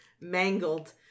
mangled